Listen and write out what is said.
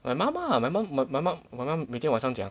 my mom ah my mum my mum my mum 每天晚上奖